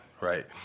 Right